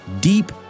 Deep